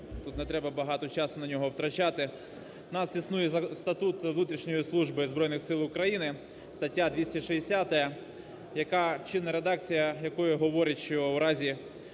тут не треба багато часу на нього втрачати. У нас існує Статут внутрішньої служби Збройних Сил України, стаття 260, яка, чинна редакція якої говорить, що в разі